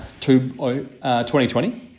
2020